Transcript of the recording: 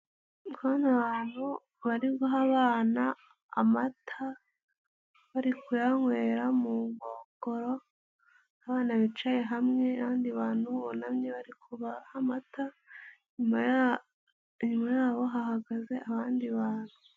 abantu bari guha abana amata, bari kuyanywera mu nkongoro abana bicaye hamwe abandi bantu bunamye barikubaha amata inyuma yabo hahagaze abandi bantu.